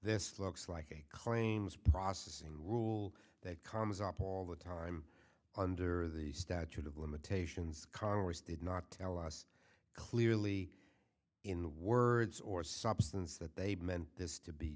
this looks like a claims processing rule that comes up all the time under the statute of limitations congress did not tell us clearly in the words or substance that they meant t